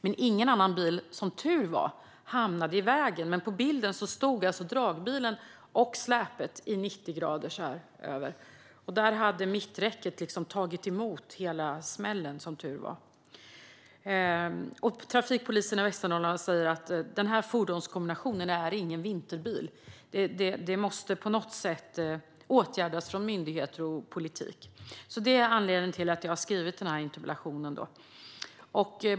Som tur var hamnade ingen annan bil i vägen, men på bilden stod alltså dragbilen och släpet i 90 grader. Där hade som tur var mitträcket tagit emot hela smällen. Trafikpolisen i Västernorrland säger att den här fordonskombinationen inte är någon vinterbil och att myndigheter och politik på något sätt måste åtgärda detta. Det är anledningen till att jag har skrivit den här interpellationen.